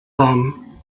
them